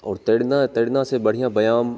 और तैरना तैरना से बढ़िया व्यायाम